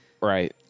right